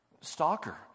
stalker